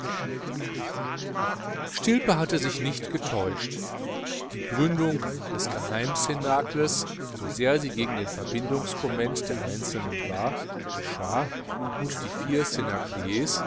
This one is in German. stilpe hatte sich nicht getäuscht die gründung des geheim cnacles so sehr sie gegen den verbindungscomment der einzelnen war geschah und die